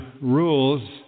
rules